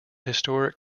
historic